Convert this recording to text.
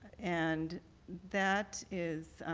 and that is